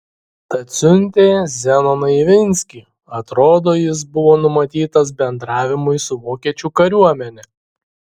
tad siuntė zenoną ivinskį atrodo jis buvo numatytas bendravimui su vokiečių kariuomene